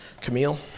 Camille